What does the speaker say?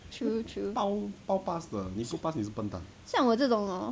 true true 像我这种 hor